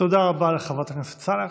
תודה רבה לחברת הכנסת סונדוס סלאח.